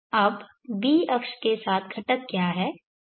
अब b अक्ष के साथ घटक क्या है rb